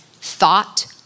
thought